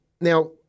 Now